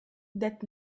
that